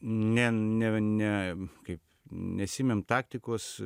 ne ne ne kaip nesiėmėm taktikos